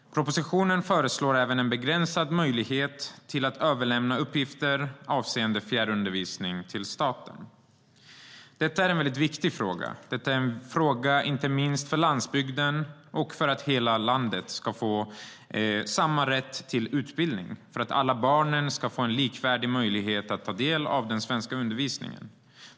Propositionen föreslår även en begränsad möjlighet att överlämna uppgifter avseende fjärrundervisning till staten. Detta är en väldigt viktig fråga, inte minst för landsbygden. Hela landet ska få samma rätt till utbildning, och alla barn ska få en likvärdig möjlighet att ta del av den svenska undervisningen.